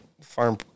farm